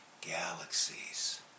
galaxies